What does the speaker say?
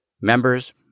members